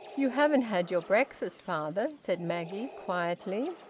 you haven't had your breakfast, father, said maggie quietly.